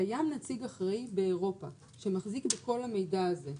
קיים נציג אחראי באירופה שמחזיק בכל המידע הזה.